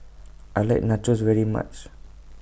I like Nachos very much